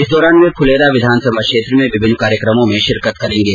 इस दौरान वे फुलेरा विधानसभा क्षेत्र में विभिन्न कार्यक्रमों में शिरकत करेंगे